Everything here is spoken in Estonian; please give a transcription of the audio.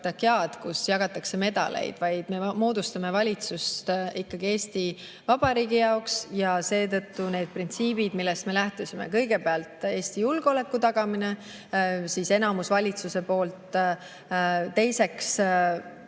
kus jagatakse medaleid, vaid me moodustame valitsust ikkagi Eesti Vabariigi jaoks. Seetõttu printsiibid, millest me lähtusime: kõigepealt, Eesti julgeoleku tagamine enamusvalitsuse poolt; teiseks,